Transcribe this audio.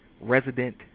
resident